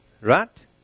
Right